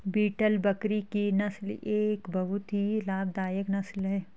beetle बकरी की नस्ल एक बहुत ही लाभदायक नस्ल है